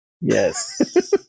Yes